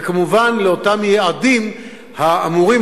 וכמובן לאותם יעדים אמורים,